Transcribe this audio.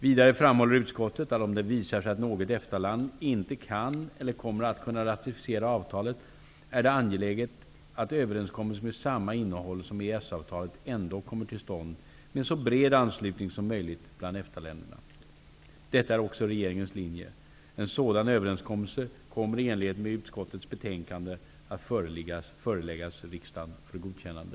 Vidare framhåller utskottet att om det visar sig att något EFTA-land inte kan eller kommer att kunna ratificera avtalet, är det angeläget att en överenskommelse med samma innehåll som EES avtalet ändock kommer till stånd med en så bred anslutning som möjligt bland EFTA-länderna. Detta är också regeringens linje. En sådan överenskommelse kommer i enlighet med utskottets betänkande att föreläggas riksdagen för godkännande.